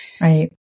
Right